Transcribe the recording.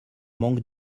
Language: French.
manque